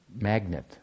magnet